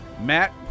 Matt